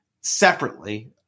separately